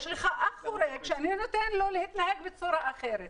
יש לך אח חורג שאני נותן לו להתנהג בצורה אחרת.